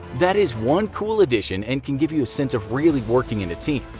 that is one cool addition and can give you a sense of really working in a team.